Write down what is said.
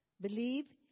Believe